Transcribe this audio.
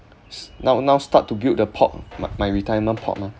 so now now start to build the pot my my retirement pot mah